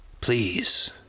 please